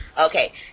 okay